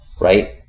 right